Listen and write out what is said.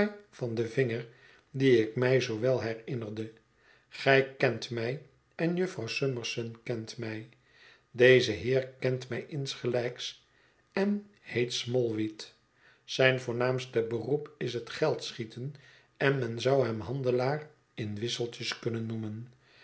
van den vinger dien ik mij zoo wel herinnerde gij kent mij en jufvrouw summerson kent mij deze heer kent mij insgelijks en heet smallweed zijn voornaamste beroep is het geldschieten en men zou hem handelaar in wisselt es kunnen noemen